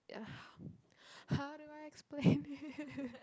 ugh how do I explain this